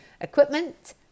equipment